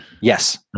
Yes